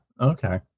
Okay